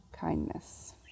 kindness